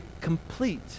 complete